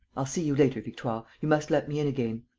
i'll see you later, victoire. you must let me in again.